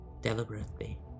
deliberately